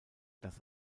das